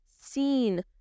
seen